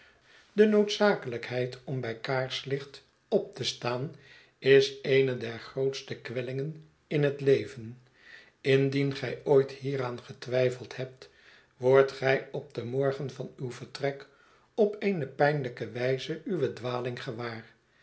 de noodzakelijkheid om bij kaarslicht op te staan is eene der grootste kwellingen in het leven indien gij ooit hieraan getwijfeld hebt wordt gij op den morgen van uw vertrek op eene pijnlijke wijze uwe dwaling gewaar